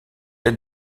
être